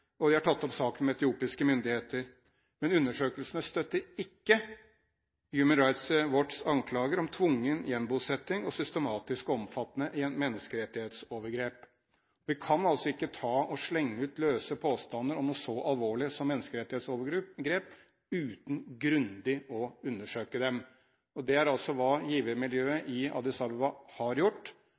og de har tatt opp saken med etiopiske myndigheter, men undersøkelsene støtter ikke Human Rights Watchs anklager om tvungen gjenbosetting og systematisk og omfattende menneskerettighetsovergrep. Vi kan altså ikke ta og slenge ut løse påstander om noe så alvorlig som menneskerettighetsovergrep uten grundig å undersøke dem. Det er hva givermiljøet i Addis Abeba har gjort,